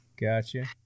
Gotcha